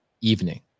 evening